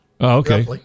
okay